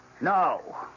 No